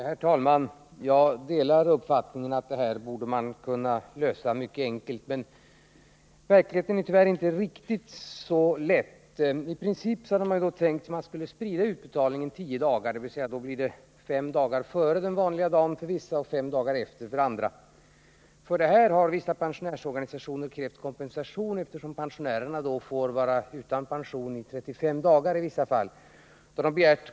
Herr talman! Jag delar uppfattningen att man mycket lätt borde kunna lösa detta problem, men i verkligheten är det tyvärr inte riktigt så enkelt. I princip hade man tänkt sig att sprida pensionsutbetalningarna över tio dagar, dvs. upp till fem dagar före den vanliga utbetalningsdagen för vissa pensionärer och fem dagar efter den för andra. För detta har vissa pensionärsorganisationer krävt kompensation, eftersom pensionärerna då i vissa fall kan få vänta på pension i 35 dagar.